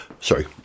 Sorry